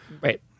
Right